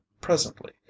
presently